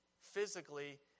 physically